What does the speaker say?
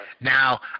Now